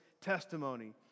testimony